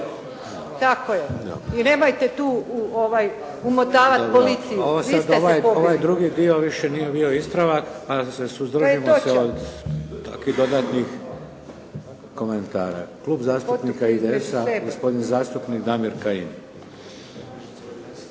Tako je i nemojte tu umotavati policiju. **Šeks, Vladimir (HDZ)** Ovo sad, ovaj drugi dio više nije bio ispravak, pa se suzdržimo od takvih dodatnih komentara. Klub zastupnika IDS-a, gospodin zastupnik Damir Kajin.